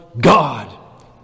God